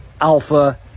alpha